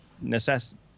necessity